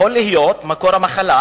יכול להיות מקור המחלה,